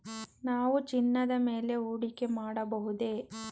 ನಾವು ಚಿನ್ನದ ಮೇಲೆ ಹೂಡಿಕೆ ಮಾಡಬಹುದೇ?